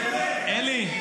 --- אלי,